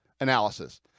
analysis